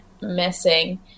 missing